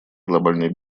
глобальной